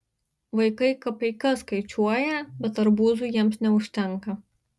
vaikai kapeikas skaičiuoja bet arbūzui jiems neužtenka